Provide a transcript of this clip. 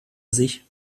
sich